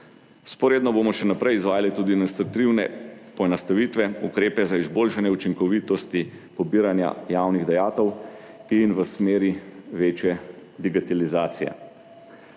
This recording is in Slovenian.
Vzporedno bomo še naprej izvajali tudi administrativne poenostavitve, ukrepe za izboljšanje učinkovitosti pobiranja javnih dajatev in v smeri večje digitalizacije.